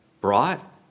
brought